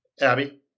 Abby